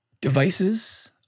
devices